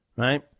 right